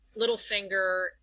Littlefinger